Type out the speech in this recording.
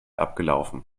abgelaufen